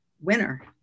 winner